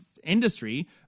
industry